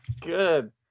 Good